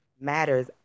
matters